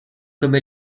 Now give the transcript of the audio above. comme